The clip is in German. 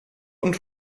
und